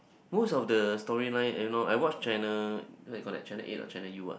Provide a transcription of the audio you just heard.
most of the storylines I don't know I watch channel what we called that Channel eight or Channel U ah